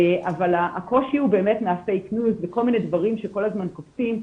אבל הקושי הוא באמת בכל מיני דברים שכל הזמן קופצים,